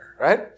Right